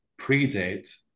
predate